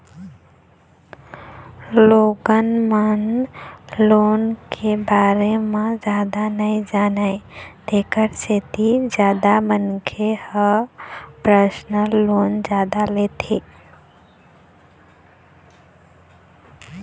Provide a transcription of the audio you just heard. लोगन मन लोन के बारे म जादा नइ जानय तेखर सेती जादा मनखे ह परसनल लोन जादा लेथे